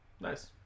Nice